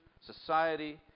society